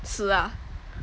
死啊